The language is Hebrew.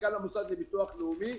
מנכ"ל המוסד לביטוח לאומי.